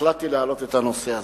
החלטתי להעלות את הנושא הזה.